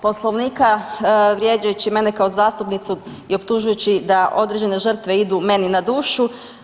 Poslovnika vrijeđajući mene kao zastupnicu i optužujući da određene žrtve idu meni na dušu.